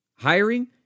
Hiring